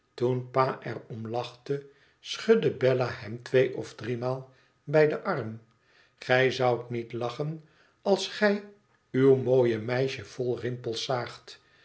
toen pa er om lachte schudde bella hem twee of driemaal bij den arm gij zoudt niet lachen als gij uw mooie meisje vol rimpels zaagt